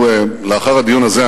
לאחר הדיון הזה,